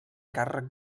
càrrec